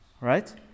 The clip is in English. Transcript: right